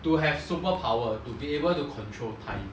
to have superpower to be able to control time